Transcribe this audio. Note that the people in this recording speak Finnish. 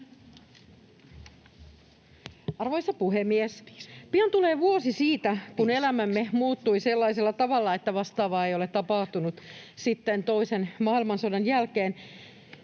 Arvoisa puhemies! Pian tulee vuosi siitä, kun elämämme muuttui sellaisella tavalla, että vastaavaa ei ole tapahtunut sitten toisen maailmansodan jälkeen.